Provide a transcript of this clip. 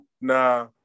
nah